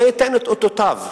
זה ייתן את אותותיו,